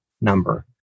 number